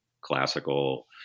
classical